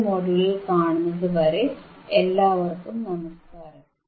അടുത്ത മൊഡ്യൂളിൽ കാണുന്നതുവരെ എല്ലാവർക്കും നമസ്കാരം